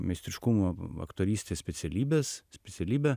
meistriškumo aktorystės specialybės specialybę